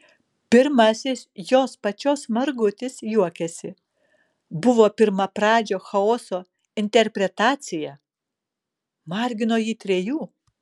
pirmasis jos pačios margutis juokiasi buvo pirmapradžio chaoso interpretacija margino jį trejų